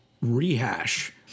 rehash